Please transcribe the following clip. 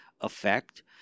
effect